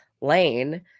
Lane